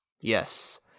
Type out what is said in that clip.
Yes